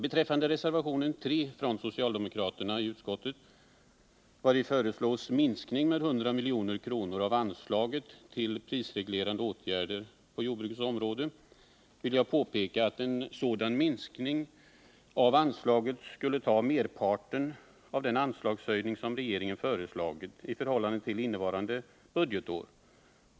Beträffande reservationen 3 från socialdemokraterna i utskottet, vari föreslås en minskning med 100 milj.kr. av anslaget till prisreglerande åtgärder på jordbrukets område, vill jag påpeka att en sådan minskning av anslaget skulle ta merparten av den anslagshöjning som regeringen har föreslagit i förhållande till innevarande budgetår.